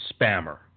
spammer